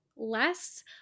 less